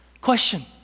Question